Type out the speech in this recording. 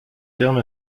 terme